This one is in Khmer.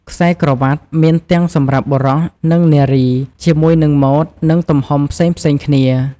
ខ្សែក្រវាត់ មានទាំងសម្រាប់បុរស និងនារី ជាមួយនឹងម៉ូដ និងទំហំផ្សេងៗគ្នា។